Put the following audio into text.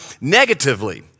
negatively